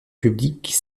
publique